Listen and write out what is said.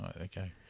okay